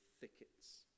thickets